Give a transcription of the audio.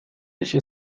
иши